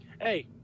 hey